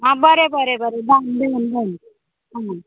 आ बरें बरें बरें धा दन यो आ